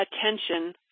attention